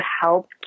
help